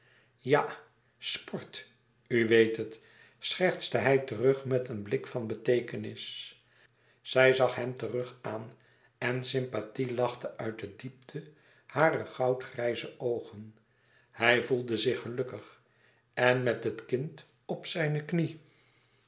ja sport u weet het schertste hij terug met een blik van beteekenis zij zag hem terug aan en sympathie lachte uit de diepte harer goudgrijze oogen hij voelde zich gelukkig en met het kind op zijne knie